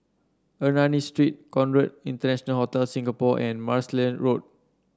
Ernani Street Conrad International Hotel Singapore and Martlesham Road